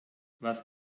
was